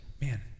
man